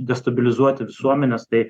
destabilizuoti visuomenes tai